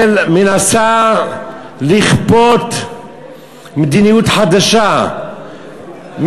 מנסה לכפות מדיניות חדשה,